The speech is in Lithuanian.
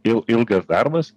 il ilgas darbas